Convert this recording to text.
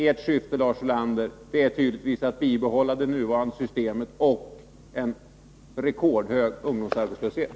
Ert syfte, Lars Ulander, är tydligen att bibehålla det nuvarande systemet och en rekordhög ungdomsarbetslöshet.